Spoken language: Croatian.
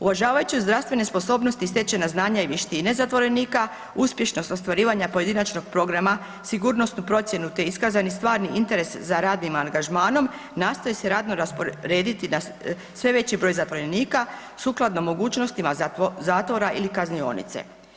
Uvažavajući zdravstvene sposobnosti i stečena znanja i vještine zatvorenika, uspješnost ostvarivanja pojedinačnog programa, sigurnosnu procjenu te iskazani stvarni interes za radnim angažmanom nastoji se radno rasporediti na sve veći broj zatvorenika sukladno mogućnostima zatvora ili kaznionice.